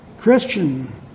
Christian